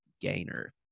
gainer